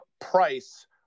price